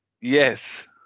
Yes